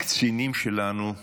קצינים שלנו,